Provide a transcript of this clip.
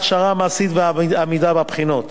הכשרה מעשית ועמידה בבחינות.